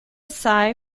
psi